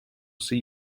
see